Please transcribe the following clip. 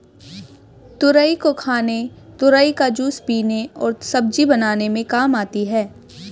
तुरई को खाने तुरई का जूस पीने और सब्जी बनाने में काम आती है